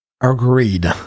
Agreed